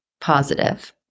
positive